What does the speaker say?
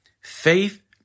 Faith